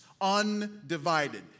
undivided